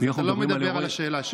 אז אתה לא מדבר על השאלה שלי.